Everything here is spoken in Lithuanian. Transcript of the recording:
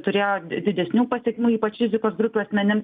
turėjo didesnių pasekmių ypač rizikos grupių asmenim